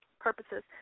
purposes